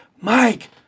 Mike